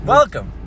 Welcome